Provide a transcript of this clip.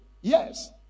yes